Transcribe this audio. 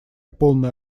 полную